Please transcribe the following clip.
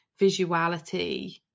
visuality